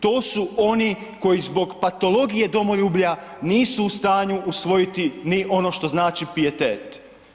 To su oni koji zbog patologije domoljublja nisu u stanju usvojiti ni ono što znači pijetet.